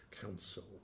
Council